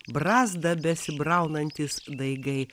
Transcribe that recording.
brazda besibraunantys daigai